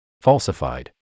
falsified